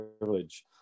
privilege